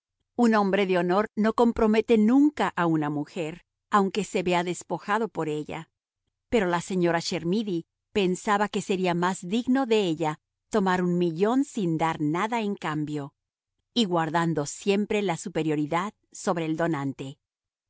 un hombre de honor no compromete nunca a una mujer aunque se vea despojado por ella pero la señora chermidy pensaba que sería más digno de ella tomar un millón sin dar nada en cambio y guardando siempre la superioridad sobre el donante